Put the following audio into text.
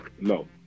No